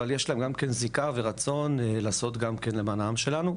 אבל גם יש להם זיקה ורצון לעשות למען העם שלנו.